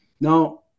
Now